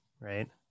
right